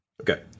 Okay